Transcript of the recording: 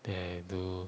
then do